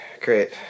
Great